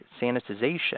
sanitization